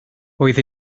oedd